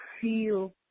feel